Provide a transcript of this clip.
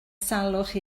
salwch